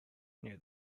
near